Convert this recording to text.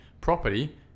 property